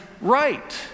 right